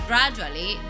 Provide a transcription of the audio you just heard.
Gradually